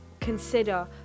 consider